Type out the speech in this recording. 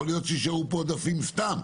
יכול להיות שיישארו פה עודפים סתם,